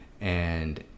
And-